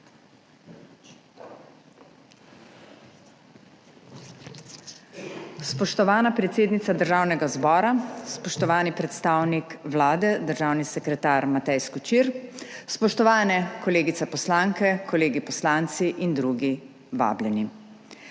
Spoštovana predsednica Državnega zbora, spoštovani predstavnik Vlade, državni sekretar Matej Skočir, spoštovane kolegice poslanke, kolegi poslanci in drugi vabljeni!